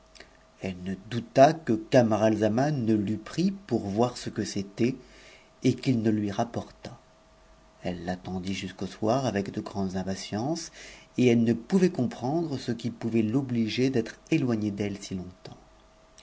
elle ne douta n que camaralzaman ne l'eût pris pour voir ce que c'était et qu'il ne lui rapportât elle l'attendit jusqu'au soir avec de grandes impatience et elle ne pouvait comprendre ce qui pouvait l'obliger d'être éloigne d'e h si longtemps